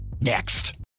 next